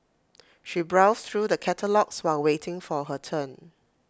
she browsed through the catalogues while waiting for her turn